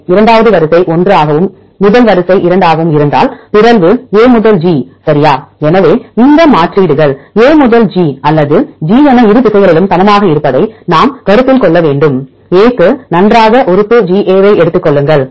இரண்டாவது இரண்டாவது வரிசை 1 ஆகவும் முதல் வரிசை 2 ஆகவும் இருந்தால் பிறழ்வு A முதல் G சரியா எனவே இந்த மாற்றீடுகள் A முதல் G அல்லது G என இரு திசைகளிலும் சமமாக இருப்பதை நாம் கருத்தில் கொள்ள வேண்டும்A க்கு நன்றாக உறுப்பு GA ஐ எடுத்துக் கொள்ளுங்கள்